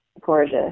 gorgeous